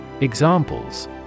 Examples